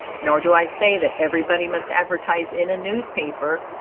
nor do i say that everybody must advertise in a newspaper,